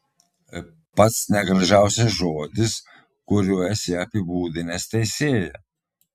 pats negražiausias žodis kuriuo esi apibūdinęs teisėją